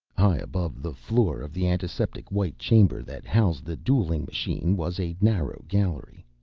high above the floor of the antiseptic-white chamber that housed the dueling machine was a narrow gallery.